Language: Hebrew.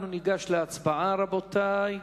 אנחנו ניגש להצבעה, רבותי.